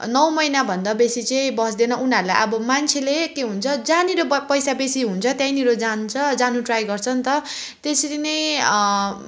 नौ महिनाभन्दा बेसी चाहिँ बस्दैन उनीहरूलाई अब मान्छेले के हुन्छ जहाँनिर अब पैसा बेसी हुन्छ त्यहीँनिर जान्छ जानु ट्राई गर्छ नि त त्यसरी नै